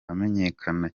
amenyekana